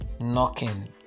knocking